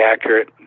accurate